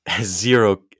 zero